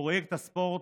זה פרויקט הספורט,